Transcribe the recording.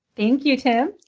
thank you, tim.